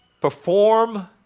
perform